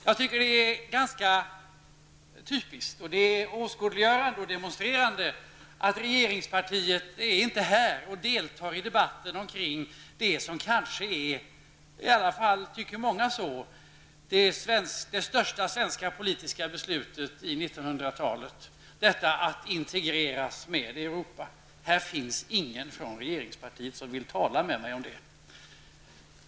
Jag tycker att det är ganska typiskt, åskådliggörande och demonstrerande att regeringspartiet inte är här och deltar i debatten omkring det som kanske är, det tycker i alla fall många, det största svenska politiska beslutet under 1900-talet, detta att integreras med Europa. Det finns ingen från regeringspartiet här som vill tala med mig om detta.